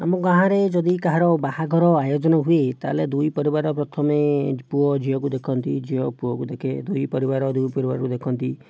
ଆମ ଗାଁରେ ଯଦି କାହାର ବାହାଘର ଆୟୋଜନ ହୁଏ ତାହେଲେ ଦୁଇ ପରିବାର ପ୍ରଥମେ ପୁଅ ଝିଅକୁ ଦେଖନ୍ତି ଝିଅ ପୁଅକୁ ଦେଖେ ଦୁଇ ପରିବାର ଦୁଇ ପରିବାରକୁ ଦେଖନ୍ତି